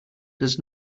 does